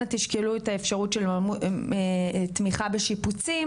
אנא תשקלו את האפשרות של מימון תמיכה בשיפוצים